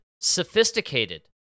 sophisticated